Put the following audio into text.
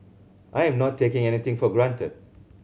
I am not taking anything for granted